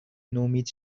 نومید